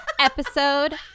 episode